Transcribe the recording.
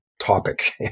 topic